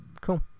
cool